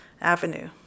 avenue